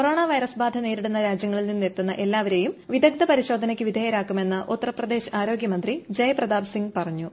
corona virus ബാധ നേരിടുന്ന രാജ്യങ്ങളിൽ നിന്നെത്തുന്ന എല്ലാവരെയും വിദഗ്ധ പരിശോധനയ്ക്ക് വിധേയരാക്കുമെന്ന് ഉത്തർപ്രദേശ് ആരോഗ്യമന്ത്രി ജയ് പ്രതാപ് സിംഗ് പറഞ്ഞു